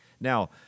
Now